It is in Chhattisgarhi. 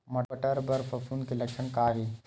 बटर म फफूंद के लक्षण का हे?